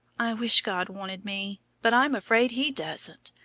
i wish god wanted me, but i'm afraid he doesn't.